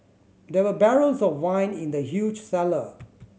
there were barrels of wine in the huge cellar